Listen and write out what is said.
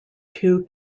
two